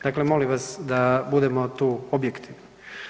Dakle, molim vas da budemo tu objektivni.